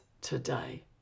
today